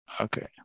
Okay